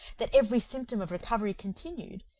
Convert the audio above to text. that every symptom of recovery continued,